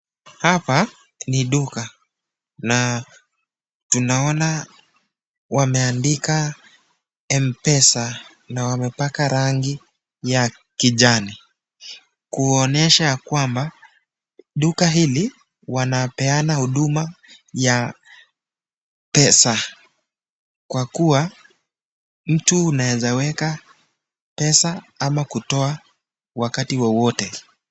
Hapa ni duka na tunaona wameendika Mpesa na wamepaka rangi ya kijani kuonyesha kwamba duka hili wanapeana huduma ya pesa kwa kuwa mtu unaeza kuweka pesa ama kutoa wakati wowote.